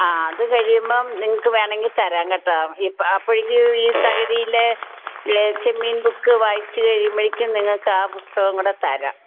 ആ അത് കഴിയുമ്പം നിങ്ങൾക്ക് വേണമെങ്കിൽ തരാം കേട്ടോ ഇപ്പം അപ്പോഴേക്കും ഈ തകഴിയുടെ ഏ ചെമ്മീന് ബുക്ക് വായിച്ചുകഴിയുമ്പോഴേക്കും നിങ്ങൾക്ക് ആ പുസ്തകം കൂടി തരാം